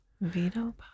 veto